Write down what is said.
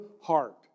heart